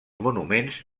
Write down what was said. monuments